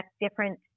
different